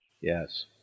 Yes